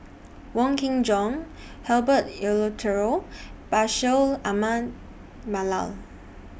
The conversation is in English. Wong Kin Jong Herbert Eleuterio Bashir Ahmad Mallal